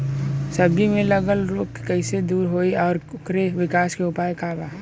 सब्जी में लगल रोग के कइसे दूर होयी और ओकरे विकास के उपाय का बा?